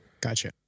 Gotcha